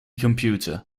computer